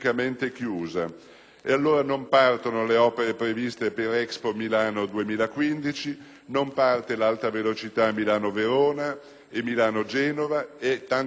E allora non partono le opere previste per Expo Milano 2015, non parte l'Alta velocità sulla Milano-Verona e sulla Milano-Genova, né partono tante altre opere.